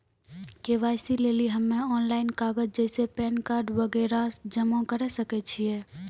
KYC लेली हम्मय online कागज जैसे पैन कार्ड वगैरह जमा करें सके छियै?